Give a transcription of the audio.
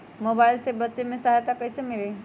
Mobile से बेचे में सहायता कईसे मिली?